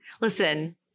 Listen